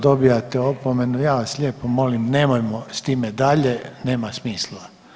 Dobivate opomenu, ja vas lijepo molimo, nemojmo s time dalje, nema smisla.